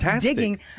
digging